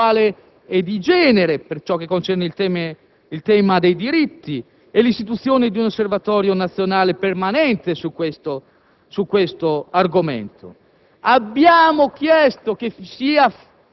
un fondo contro la violenza sessuale e di genere per ciò che concerne il tema dei diritti e l'istituzione di un osservatorio nazionale permanente su questo argomento.